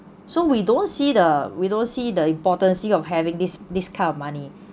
so we don't see the we don't see the importancy of having this this kind of money